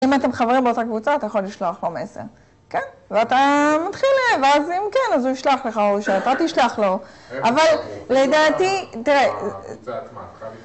אם אתם חברים באותה קבוצה, אתה יכול לשלוח לו מסר, כן? ואתה מתחיל ל... ואז אם כן, אז הוא ישלח לך או שאתה תשלח לו. אבל, לדעתי, תראה...